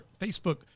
Facebook